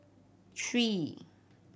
three